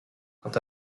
quant